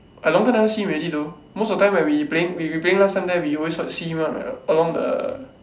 I long time never see him already though most of the time when we playing we we playing last time there we always see him one [what] along the